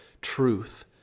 truth